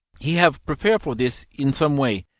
he have prepare for this in some way,